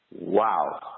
Wow